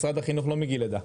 משרד החינוך לא מגיל לידה,